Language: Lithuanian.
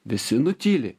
visi nutyli